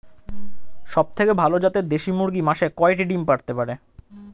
সবথেকে ভালো জাতের দেশি মুরগি মাসে কয়টি ডিম পাড়ে?